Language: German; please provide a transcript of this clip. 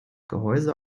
gehäuse